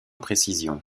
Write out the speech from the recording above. précision